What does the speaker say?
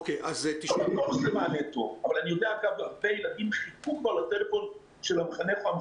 הסיבה היא בגלל שילד קטן מאוד קשה לשמור עליו שישמור על